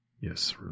Yes